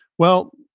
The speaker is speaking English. well,